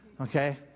okay